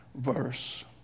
verse